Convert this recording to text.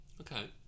Okay